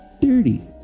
Dirty